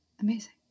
Amazing